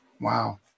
wow